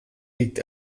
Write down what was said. liegt